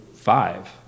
five